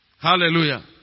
Hallelujah